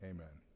Amen